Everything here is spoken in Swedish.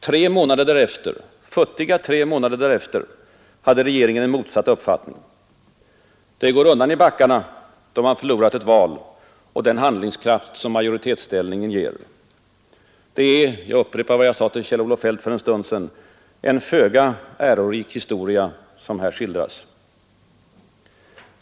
Tre månader därefter — futtiga tre månader — hade regeringen en motsatt uppfattning. Det går undan i backarna, då man förlorat ett val och den handlingskraft majoritetsställning ger. Det är — jag upprepar vad jag sade till Kjell-Olof Feldt för en stund sedan — en föga ärorik historia som här skildras.